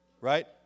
Right